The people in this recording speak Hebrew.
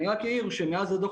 הדוח